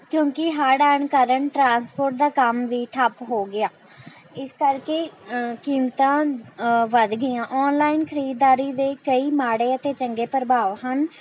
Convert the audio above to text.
ਕਿਉਂਕਿ ਹੜ੍ਹ ਆਉਣ ਕਾਰਨ ਟਰਾਂਸਪੋਰਟ ਦਾ ਕੰਮ ਵੀ ਠੱਪ ਹੋ ਗਿਆ ਇਸ ਕਰਕੇ ਕੀਮਤਾਂ ਵੱਧ ਗਈਆਂ ਔਨਲਾਈਨ ਖਰੀਦਦਾਰੀ ਦੇ ਕਈ ਮਾੜੇ ਅਤੇ ਚੰਗੇ ਪ੍ਰਭਾਵ ਹਨ